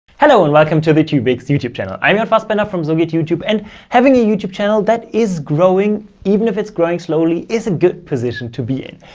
hello and welcome to the tubics youtube channel. i am jan fassbender from so geht youtube and having a youtube channel that is growing, even if it's growing slowly, isn't good position to be in.